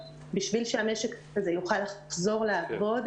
בשביל שהמשק יוכל לחזור לעבוד,